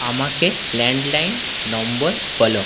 আমাকে landline number বলো